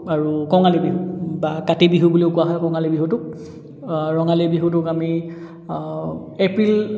আৰু কঙালী বিহু বা কাতি বিহু বুলিও কোৱা হয় কঙালী বিহুটোক ৰঙালী বিহুটোক আমি এপ্ৰিল